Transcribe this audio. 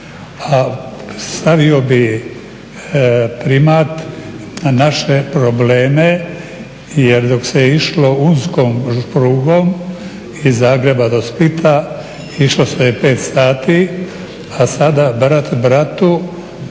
A stavio bih primat na naše probleme jer dok se išlo uskom prugom iz Zagreba do Splita išlo se 5 sati, a sada brat bratu